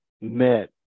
met